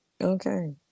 Okay